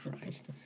Christ